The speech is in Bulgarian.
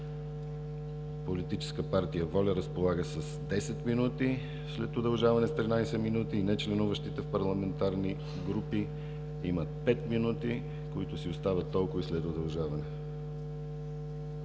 Политическа партия „Воля“ разполага с 10 минути, след удължаване с 13 минути; Нечленуващите в парламентарни групи имат 5 минути, които си остават толкова след удължаването.